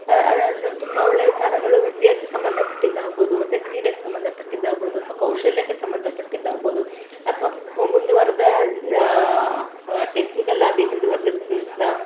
ಅ ಅದು ಅದನ್ನು ತುಂಬ ಒಳ್ಳೆಯ ವಿಚಾರಗಳು ವಿದ್ಯೆಗೆ ಸಂಬಂಧಪಟ್ಟಿದ್ದಾಗ್ಬೋದು ಮತ್ತು ಕ್ರೀಡೆಗೆ ಸಂಬಂಧಪಟ್ಟಿದ್ದಾಗ್ಬೋದು ಅಥ್ವಾ ಕೌಶಲ್ಯಕ್ಕೆ ಸಂಬಂಧಪಟ್ಟಿದ್ದಾಗ್ಬೋದು ಅಥ್ವಾ ಮುಂದುವರೆದ ಟೆಕ್ನಿಕಲ್ಲಾಗಿ ಮುಂದುವರೆದಿರುವಂಥ